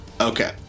Okay